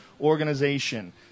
Organization